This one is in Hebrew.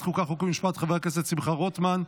חוקה חוק ומשפט חבר הכנסת שמחה רוטמן,.